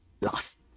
lost